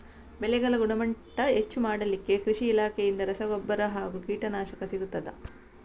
ಬೆಳೆಗಳ ಗುಣಮಟ್ಟ ಹೆಚ್ಚು ಮಾಡಲಿಕ್ಕೆ ಕೃಷಿ ಇಲಾಖೆಯಿಂದ ರಸಗೊಬ್ಬರ ಹಾಗೂ ಕೀಟನಾಶಕ ಸಿಗುತ್ತದಾ?